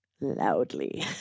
loudly